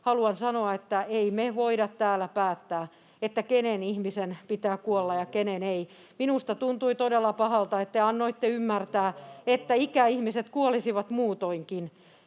Haluan sanoa, että ei me voida täällä päättää, kenen ihmisen pitää kuolla ja kenen ei. Minusta tuntui todella pahalta, että te annoitte ymmärtää, että ikäihmiset kuolisivat muutoinkin.